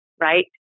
right